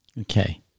Okay